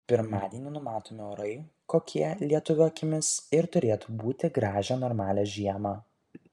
pirmadienį numatomi orai kokie lietuvio akimis ir turėtų būti gražią normalią žiemą